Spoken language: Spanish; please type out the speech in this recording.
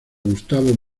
gustavo